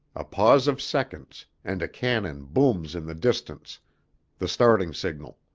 a pause of seconds, and a cannon booms in the distance the starting signal.